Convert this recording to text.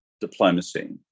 diplomacy